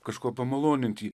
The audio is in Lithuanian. kažkuo pamalonint jį